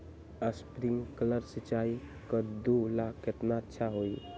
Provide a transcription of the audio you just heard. Sprinkler सिंचाई कददु ला केतना अच्छा होई?